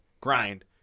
grind